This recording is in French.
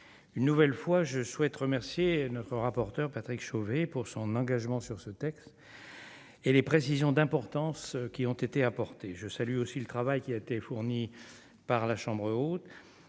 une nouvelle fois, je souhaite remercier notre rapporteur Patrick Chauvet pour son engagement sur ce texte. Et les précisions d'importance qui ont été apportées, je salue aussi le travail qui a été fourni par la Chambre haute,